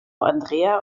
andrea